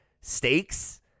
stakes